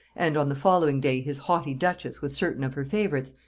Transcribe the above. and on the following day his haughty duchess with certain of her favorites,